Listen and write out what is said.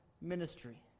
ministry